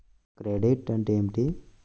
Credit అంటే ఏమిటి?